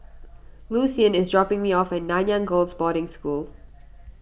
Lucian is dropping me off at Nanyang Girls' Boarding School